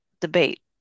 debate